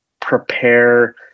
prepare